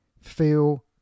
feel